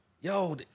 Yo